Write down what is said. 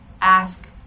ask